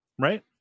Right